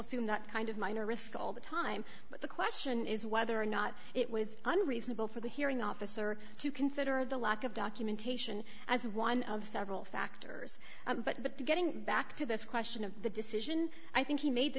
assume that kind of minor risk all the time but the question is whether or not it was unreasonable for the hearing officer to consider the lack of documentation as one of several factors but getting back to this question of the decision i think he made the